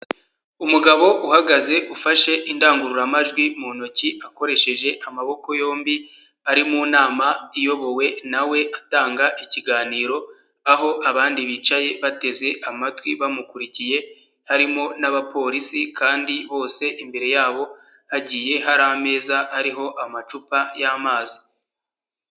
Umugabo uhagaze ufashe indangururamajwi mu ntoki akoresheje amaboko yombi, ari mu nama iyobowe na we atanga ikiganiro, aho abandi bicaye bateze amatwi bamukurikiye, harimo n'abapolisi kandi bose imbere yabo, hagiye hari ameza ariho amacupa y'amazi.